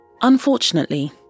Unfortunately